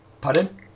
Pardon